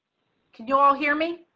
can you all hear me.